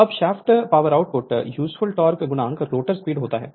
अब shaft power output useful torque rotor speed होता है